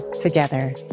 together